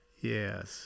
yes